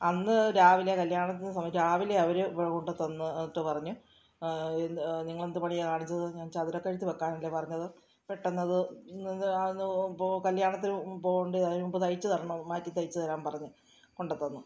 അന്നു രാവിലെ കല്യാണത്തിൻ്റെ സമയത്ത് രാവിലെ അവർ കൊണ്ടു തന്നിട്ട് പറഞ്ഞ് നിങ്ങളെന്തു പണിയാണ് കാണിച്ചത് ഞാൻ ചതുരക്കഴുത്ത് വെക്കാനല്ലേ പറഞ്ഞത് പെട്ടെന്നത് അത് ആ ഓ പോ കല്യാണത്തിനു പോകണ്ടേ അതിനു മുൻപ് തയ്ച്ചു തരണം മാറ്റി തയ്ച്ചു തരാൻ പറഞ്ഞ് കൊണ്ടത്തന്നു